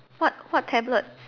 what what tablet